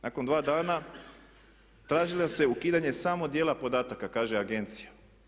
Nakon dva dana tražilo se ukidanje samo dijela podataka kaže agencija.